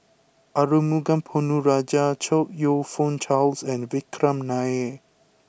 Arumugam Ponnu Rajah Chong you Fook Charles and Vikram Nair